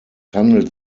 handelt